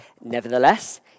Nevertheless